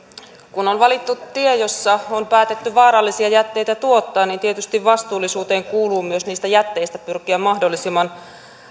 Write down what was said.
kun on valittu tie jossa on päätetty vaarallisia jätteitä tuottaa niin tietysti vastuullisuuteen kuuluu myös niistä jätteistä pyrkiä mahdollisimman